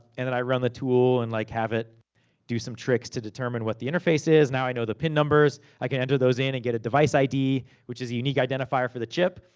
and then i run the tool and like have it do some tricks to determine what the interface is. now i know the pin numbers. i can enter those in and get a device id. which is a unique identifier for the chip.